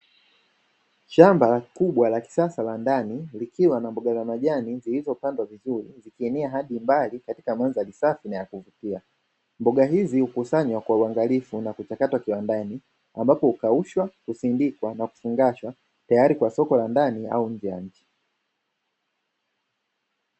Shamba kubwa la kisasa la ndani likiwa na mboga za majani zilizopandwa vizuri zikienea hadi mbali katika mandhari safi na ya kuvutia. Mboga hizi hukusanywa kwa uangalifu na kuchakatwa kiwandani ambapo ukaushwa, kusindikwa na kufungashwa tayari kwa soko la ndani au nje ya nchi.